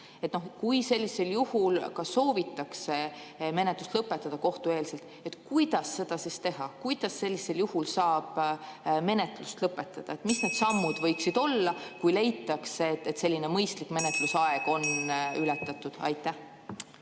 Kui sellisel juhul soovitakse menetlus lõpetada kohtueelselt, siis kuidas seda teha? Kuidas sellisel juhul saaks menetluse lõpetada? Mis need sammud võiksid olla, kui leitakse, et mõistlikku menetlusaega on ületatud? Aitäh!